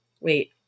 wait